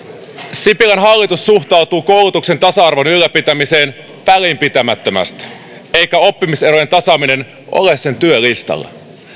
sipilän hallitus suhtautuu koulutuksen tasa arvon ylläpitämiseen välinpitämättömästi eikä oppimiserojen tasaaminen ole sen työlistalla